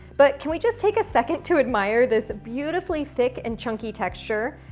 but can we just take a second to admire this beautifully thick and chunky texture?